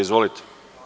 Izvolite.